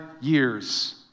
years